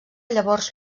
llavors